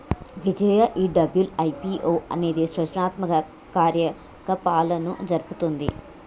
విజయ ఈ డబ్ల్యు.ఐ.పి.ఓ అనేది సృజనాత్మక కార్యకలాపాలను జరుపుతుంది